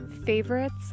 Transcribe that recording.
favorites